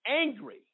angry